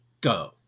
go